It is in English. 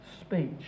speech